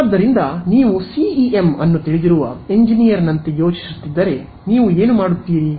ಆದ್ದರಿಂದ ನೀವು ಸಿಇಎಂ ಅನ್ನು ತಿಳಿದಿರುವ ಎಂಜಿನಿಯರ್ನಂತೆ ಯೋಚಿಸುತ್ತಿದ್ದರೆ ನೀವು ಏನು ಮಾಡುತ್ತೀರಿ